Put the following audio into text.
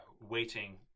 waiting